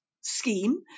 scheme